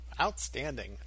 Outstanding